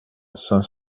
cinq